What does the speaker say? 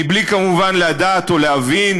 מבלי כמובן לדעת או להבין,